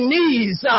knees